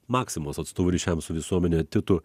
maksimos atstovu ryšiams su visuomene titu